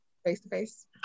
face-to-face